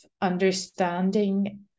understanding